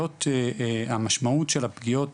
המשמעות של הפגיעות